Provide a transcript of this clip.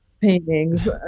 paintings